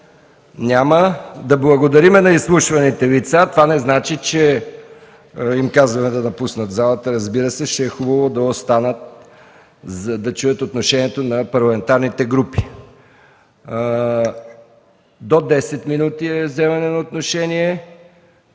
Няма. Да благодарим на изслушваните лица. Това не значи, че им казваме да напуснат залата. Хубаво е да останат, за да чуят отношението на парламентарните групи. Вземането на отношение